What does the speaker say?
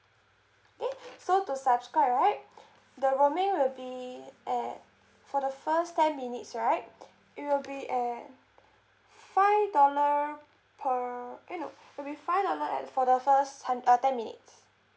okay so to subscribe right the roaming will be at for the first ten minutes right it will be at five dollar per eh no it'll be five dollar at for the first hun~ uh ten minutes